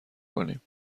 کنیم